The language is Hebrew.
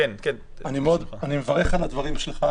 אני מברך על הדברים שלך,